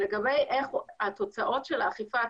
לגבי התוצאות של האכיפה עצמה,